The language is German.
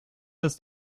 ist